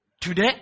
Today